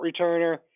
returner